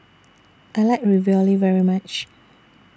I like Ravioli very much